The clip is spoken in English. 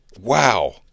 Wow